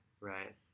right